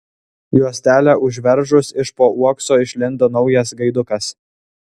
juostelę užveržus iš po uokso išlindo naujas gaidukas